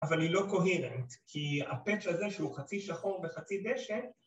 אבל היא לא קוהירנט, כי ה patch הזה שהוא חצי שחור וחצי דשא